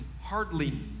hardly